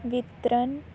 ਵਿਤਰਨ